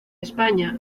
españa